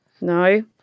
No